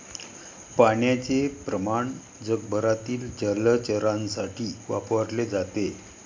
पाण्याचे प्रमाण जगभरातील जलचरांसाठी वापरले जाते